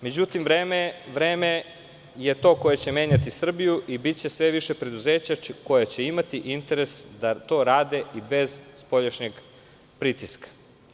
Međutim, vreme je to koje će menjati Srbiju i biće sve više preduzeća koja će imati interes da to rade i bez spoljašnjeg pritiska.